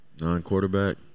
Non-quarterback